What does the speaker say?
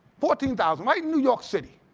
fourteen thousand, right in new york city.